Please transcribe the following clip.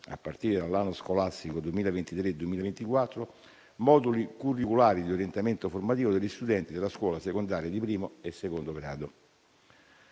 a partire dall'anno scolastico 2023-2024, moduli curriculari di orientamento formativo degli studenti della scuola secondaria di primo e secondo grado.